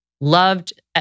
loved